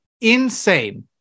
insane